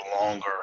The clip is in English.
longer